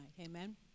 Amen